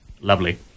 Lovely